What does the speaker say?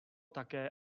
také